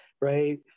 Right